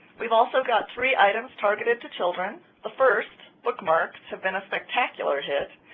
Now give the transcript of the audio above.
we've also got three items targeted to children. the first, bookmarks, have been a spectacular hit.